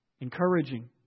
encouraging